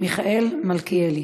מיכאל מלכיאלי.